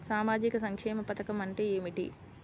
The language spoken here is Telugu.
సామాజిక సంక్షేమ పథకం అంటే ఏమిటి?